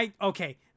Okay